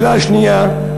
השאלה השנייה: